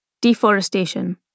deforestation